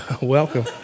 Welcome